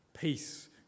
Peace